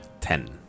Ten